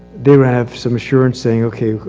they would have some assurance saying okay,